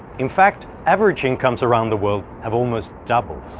in fact, average incomes around the world have almost doubled.